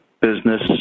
business